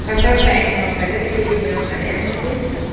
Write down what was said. का सब बैंक म करजा ले के नियम आने आने होथे?